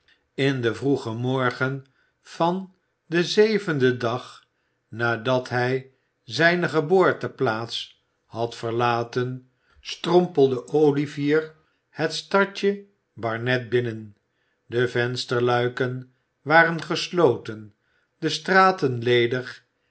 in den vroegen morgen van den zevenden dag nadat hij zijne geboorteplaats had verlaten strompelde olivier het stadje barnet binnen de vensterluiken waren gesloten de straten